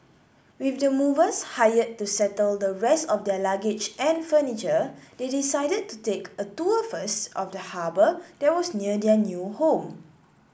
with the movers hired to settle the rest of their luggage and furniture they decided to take a tour first of the harbour that was near their new home